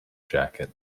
jacket